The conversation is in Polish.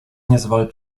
niezwal